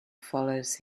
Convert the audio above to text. follows